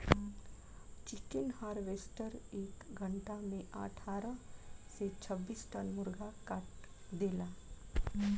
chicken harvester एक घंटा में अठारह से छब्बीस टन मुर्गा काट देला